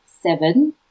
seven